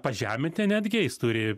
pažeminti netgi jis turi